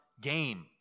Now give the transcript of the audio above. game